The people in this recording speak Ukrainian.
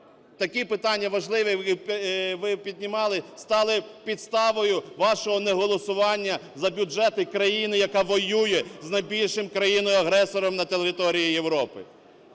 такі питання важливі, які ви піднімали, стали підставою вашого неголосування за бюджет країни, яка воює з найбільшим країною-агресором на території Європи.